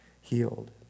healed